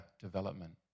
development